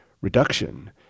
reduction